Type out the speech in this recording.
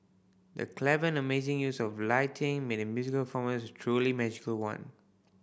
the clever and amazing use of lighting made the musical performance a truly magical one